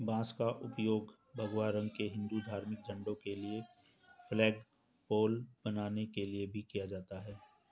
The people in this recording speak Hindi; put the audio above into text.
बांस का उपयोग भगवा रंग के हिंदू धार्मिक झंडों के लिए फ्लैगपोल बनाने के लिए भी किया जाता है